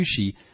sushi